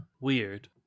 Weird